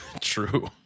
True